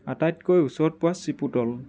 আটাইতকৈ ওচৰত পোৱা চিপোটল্